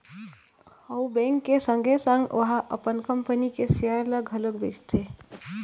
अउ बेंक के संगे संग ओहा अपन कंपनी के सेयर ल घलोक बेचथे